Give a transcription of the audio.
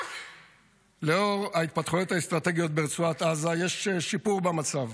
לאור ההתפתחויות האסטרטגיות ברצועת עזה יש שיפור במצב.